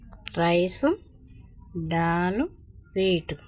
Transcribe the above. rice dal wheat